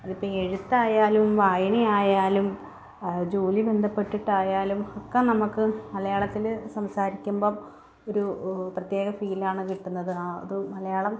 അതിപ്പം എഴുത്തായാലും വായനയായാലും ജോലി ബന്ധപ്പെട്ടിട്ടായാലും ഒക്കെ നമുക്ക് മലയാളത്തിൽ സംസാരിക്കുമ്പം ഒരു പ്രത്യേക ഫീൽ ആണ് കിട്ടുന്നത് അത് മലയാളം